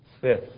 Fifth